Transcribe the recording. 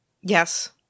Yes